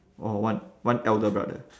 orh one one elder brother